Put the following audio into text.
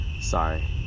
Sorry